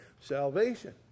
salvation